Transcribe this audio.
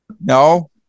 No